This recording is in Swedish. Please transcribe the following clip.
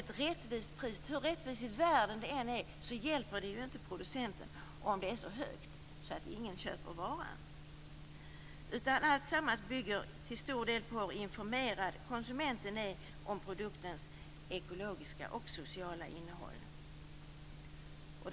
Ett rättvist pris, hur rättvist det än är, hjälper inte producenten om det är så högt att ingen köper varan. Allt bygger till stor del på hur informerad konsumenten är om produktens ekologiska och sociala innehåll.